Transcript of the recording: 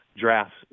drafts